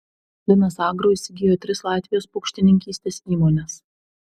linas agro įsigijo tris latvijos paukštininkystės įmones